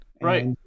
right